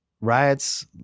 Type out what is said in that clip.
riots